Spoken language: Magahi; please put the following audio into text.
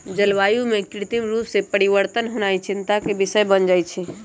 जलवायु में कृत्रिम रूप से परिवर्तन होनाइ चिंता के विषय बन जाइ छइ